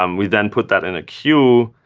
um we then put that in a queue,